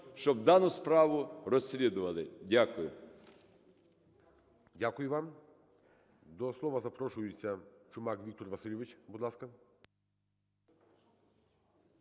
щоб дану справу розслідували. Дякую.